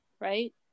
right